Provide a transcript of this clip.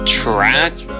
track